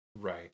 Right